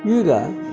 ಈಗ